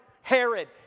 Herod